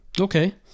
okay